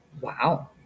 Wow